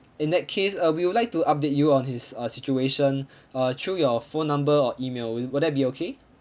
in that case uh we would like to update you on his uh situation uh through your phone number or E-mail will will that be okay